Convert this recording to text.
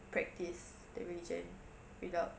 practise the religion without